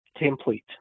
template